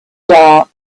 dark